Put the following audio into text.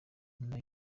nyuma